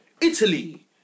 Italy